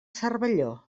cervelló